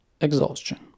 Exhaustion